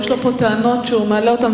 יש לו פה טענות שהוא מעלה אותן,